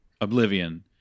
Oblivion